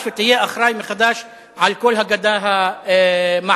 ותהיה אחראי מחדש לכל הגדה המערבית.